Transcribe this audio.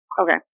Okay